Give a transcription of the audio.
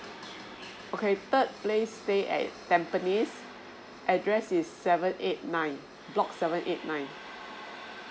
okay third place stay at tampines address is seven eight nine block seven eight nine